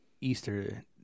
Easter